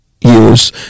Years